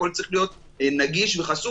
הכול צריך להיות נגיש וחשוף,